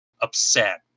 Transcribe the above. upset